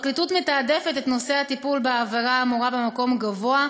הפרקליטות מתעדפת את נושא הטיפול בעבירה האמורה במקום גבוה.